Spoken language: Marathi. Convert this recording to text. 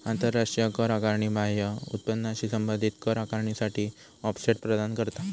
आंतराष्ट्रीय कर आकारणी बाह्य उत्पन्नाशी संबंधित कर आकारणीसाठी ऑफसेट प्रदान करता